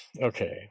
okay